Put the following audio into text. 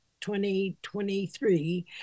2023